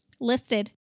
listed